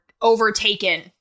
overtaken